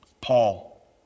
Paul